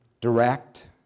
direct